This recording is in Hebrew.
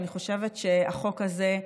ואני חושבת שהחוק הזה,